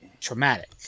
traumatic